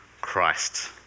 Christ